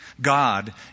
God